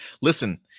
listen